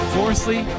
Fourthly